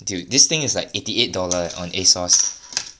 dude this thing is like eighty eight dollars eh on Asos